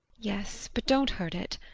yes, but don't hurt it.